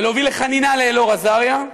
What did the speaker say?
ולהוביל לחנינה לאלאור אזריה.